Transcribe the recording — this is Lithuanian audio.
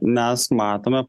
mes matome